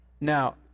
Now